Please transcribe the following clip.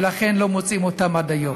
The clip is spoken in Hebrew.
ולכן לא מוצאים אותם עד היום.